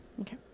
Okay